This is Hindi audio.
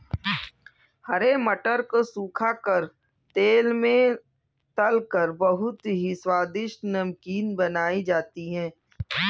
हरे मटर को सुखा कर तेल में तलकर बहुत ही स्वादिष्ट नमकीन बनाई जाती है